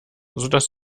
sodass